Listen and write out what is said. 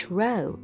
row